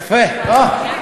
יפה, או.